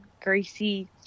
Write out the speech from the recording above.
Gracie